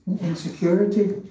Insecurity